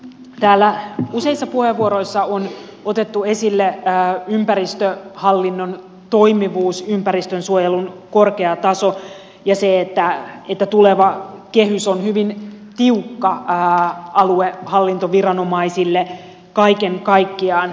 täällä useissa puheenvuoroissa on otettu esille ympäristöhallinnon toimivuus ympäristönsuojelun korkea taso ja se että tuleva kehys on hyvin tiukka aluehallintoviranomaisille kaiken kaikkiaan